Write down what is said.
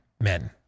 men